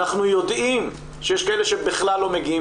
אנחנו יודעים שיש כאלה שבכלל לא מגיעים